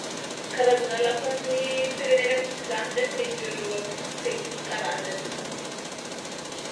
Karazagna lako amin'ny firenena misy za ndraiky mety eo ho eo amin'ny telopolo karazany eo dônko.